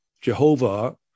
Jehovah